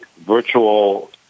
virtual